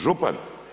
Župan.